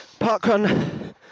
parkrun